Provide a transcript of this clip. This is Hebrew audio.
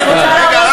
אני רוצה להראות,